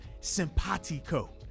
simpatico